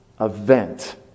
event